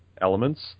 elements